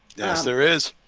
yes, there is.